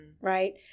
right